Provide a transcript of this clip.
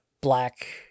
Black